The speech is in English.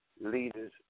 leaders